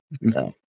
No